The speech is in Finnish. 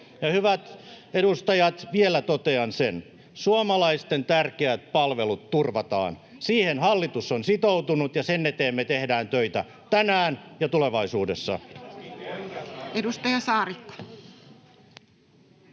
Hyvät edustajat, vielä totean sen: Suomalaisten tärkeät palvelut turvataan. Siihen hallitus on sitoutunut, ja sen eteen me tehdään töitä tänään ja tulevaisuudessa. [Speech